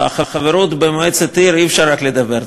בחברות במועצת עיר אי-אפשר רק לדבר,